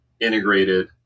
integrated